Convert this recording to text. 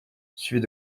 suivis